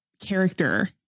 character